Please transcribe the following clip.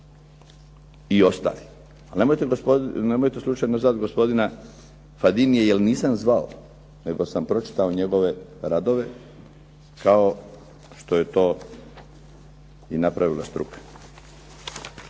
i ostali. A nemojte slučajno zvati gospodina Fadinija jer nisam zvao. Nego sam pročitao njegove radove, kao što je to i napravila struka.